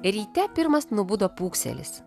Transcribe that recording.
ryte pirmas nubudo pūkselis